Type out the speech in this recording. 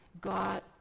God